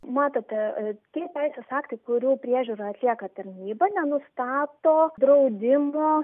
matote tie teisės aktai kurių priežiūrą atlieka tarnyba nenustato draudimo